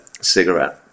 cigarette